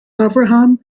avraham